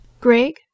Greg